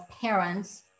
parents